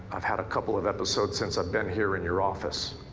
i've had a couple of episodes since i've been here in your office.